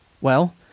Well